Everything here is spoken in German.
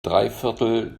dreiviertel